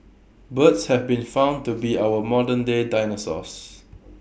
birds have been found to be our modernday dinosaurs